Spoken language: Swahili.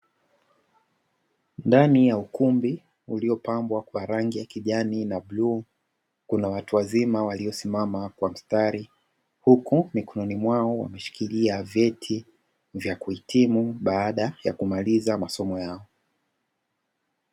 Ndani ya ukumbi uliopambwa kwa rangi ya kijani na bluu, kuna watu wazima waliosimama kwa mstari. Huku mikononi mwao wameshikilia vyeti vya kuhitimu baada ya kumaliza masomo yao.